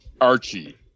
Archie